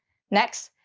next,